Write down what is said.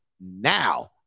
now